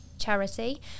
Charity